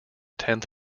tenth